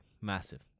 massive